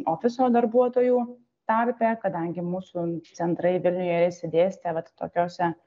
ofiso darbuotojų tarpe kadangi mūsų centrai vilniuje yra išsidėstę vat tokiose